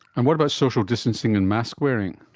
and what about social distancing and mask wearing?